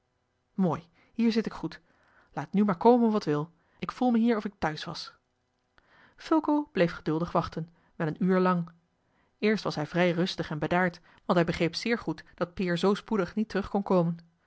mooi hier zit ik goed laat nu maar komen wat wil ik voel me hier of ik thuis was fulco bleef geduldig wachten wel een uur lang eerst was hij vrij rustig en bedaard want hij begreep zeer goed dat peer zoo spoedig niet terug kon komen